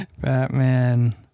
Batman